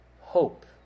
hope